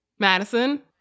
Madison